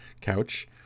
couch